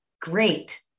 Great